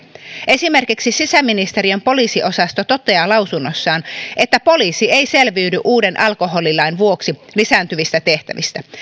esimerkiksi sisäministeriön poliisiosasto toteaa lausunnossaan että poliisi ei selviydy uuden alkoholilain vuoksi lisääntyvistä tehtävistä